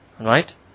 right